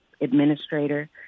administrator